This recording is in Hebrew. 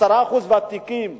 10% ותיקים ישראלים,